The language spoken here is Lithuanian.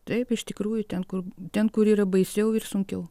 taip iš tikrųjų ten kur ten kur yra baisiau ir sunkiau